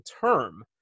term